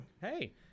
hey